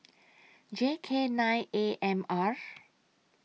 J K nine A M R